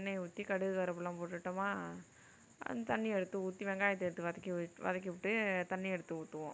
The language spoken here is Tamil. எண்ணெய் ஊற்றி கடுகு கருவேப்பிலைலாம் போட்டுவிட்டோமா அந்த தண்ணி எடுத்து ஊற்றி வெங்காயத்தை எடுத்து வதக்கி வதக்கிவிட்டு தண்ணி எடுத்து ஊற்றுவோம்